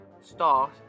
start